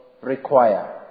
require